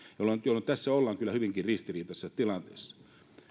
jolloin tässä ollaan kyllä hyvinkin ristiriitaisessa tilanteessa